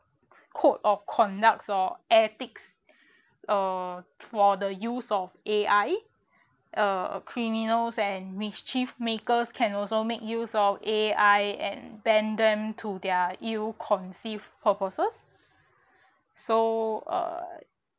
code of conducts or ethics uh for the use of A_I uh criminals and mischief makers can also make use of A_I and bend them to their ill conceive purposes so uh